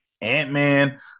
Ant-Man